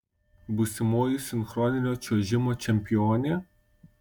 būsimoji sinchroninio čiuožimo čempionė